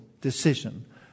decision